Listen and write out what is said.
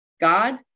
God